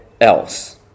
else